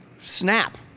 snap